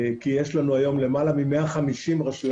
כי יש לנו היום למעלה מ-150 רשויות